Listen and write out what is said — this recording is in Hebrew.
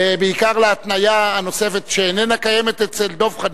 בעיקר להתניה הנוספת, שאיננה קיימת אצל דב חנין,